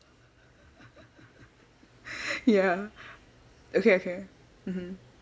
ya okay okay mmhmm